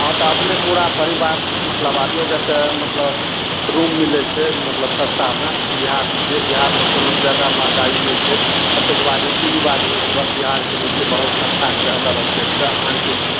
हँ तऽ अपने पूरा परिवार मतलब अबियौगे तऽ मतलब रूम मिलय छै मतलब सस्तामे बिहार छियै बिहारमे कोनो जादा महगाइ नहि छै अतौकबा रीति रिवाज भी बिहारके जे छै बहुत अच्छा छै अदर स्टेटसँ अहाँ अरके